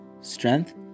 strength